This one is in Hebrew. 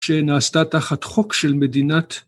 שנעשתה תחת חוק של מדינת